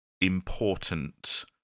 important